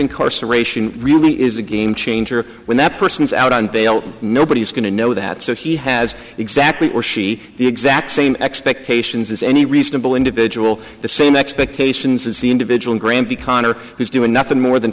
incarceration really is a game changer when that person is out on bail nobody's going to know that so he has exactly or she the exact same expectations as any reasonable individual the same expectations as the individual granby connor who's doing nothing more than